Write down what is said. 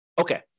Okay